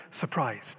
surprised